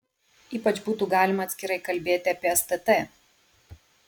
ypač būtų galima atskirai kalbėti apie stt